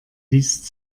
liest